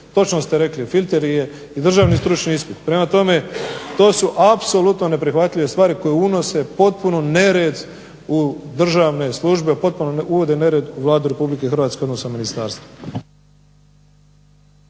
točno ste rekli i filtar je državni stručni ispit. To su apsolutno neprihvatljive stvari koje unose potpuno nered u državne službe, potpuno uvode nered u Vladu Republike Hrvatske odnosno ministarstva.